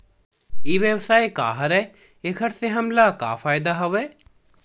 ई व्यवसाय का हरय एखर से हमला का फ़ायदा हवय?